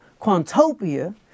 Quantopia